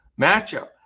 matchup